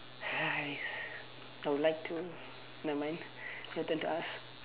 !hais! I would like to nevermind your turn to ask